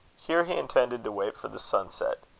here he intended to wait for the sunset.